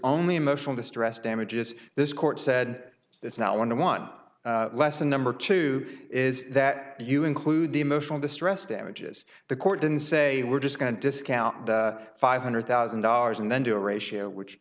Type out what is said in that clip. only emotional distress damages this court said that's not one the one lesson number two is that you include the emotional distress damages the court didn't say we're just going to discount the five hundred thousand dollars and then do a ratio which